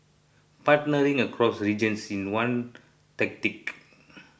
partnering across regions is one tactic